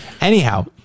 Anyhow